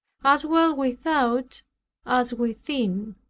as well without as within.